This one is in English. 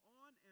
on